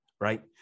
right